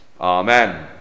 Amen